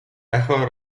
echo